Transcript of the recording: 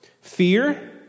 fear